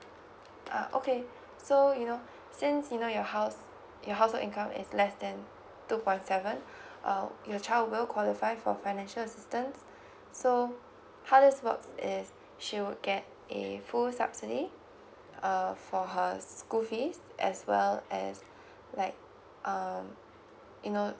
ah okay so you know since you know your house your household income is less than two point seven err your child will qualify for financial assistance so how this works is she would get a full subsidy uh for her school fees as well as like um you know